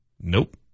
Nope